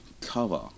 cover